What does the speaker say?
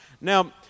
Now